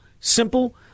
simple